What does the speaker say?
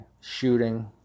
shooting